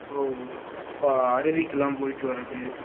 போ ஃபா அருவிக்கெலாம் போய்விட்டு வரது